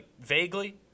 vaguely